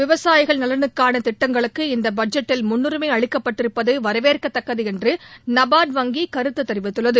விவசாயிகள் நலனுக்காள திட்டங்களுக்கு இந்த பட்ஜெட்டில் முன்னுரிமை அளிக்கப்பட்டிருப்பது வரவேற்கத்தக்கது என்று நபார்டு வங்கி கருத்து தெரிவித்துள்ளது